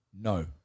No